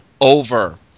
over